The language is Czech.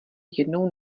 jednou